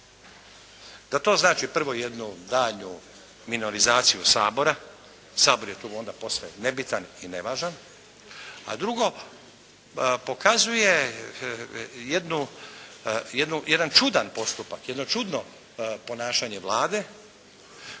da to znači prvo jednu daljnju minorizaciju Sabora. Sabor je tu onda posve nebitan i nevažan. A drugo, pokazuje jednu, jedan čudan postupak, jedno čudno ponašanje Vlade koje pruža